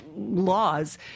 Laws